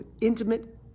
intimate